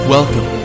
Welcome